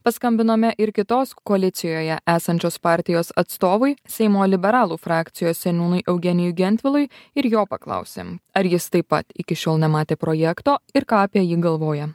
paskambinome ir kitos koalicijoje esančios partijos atstovui seimo liberalų frakcijos seniūnui eugenijui gentvilui ir jo paklausėm ar jis taip pat iki šiol nematė projekto ir ką apie jį galvoja